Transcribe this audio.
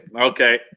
okay